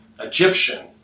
Egyptian